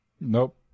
Nope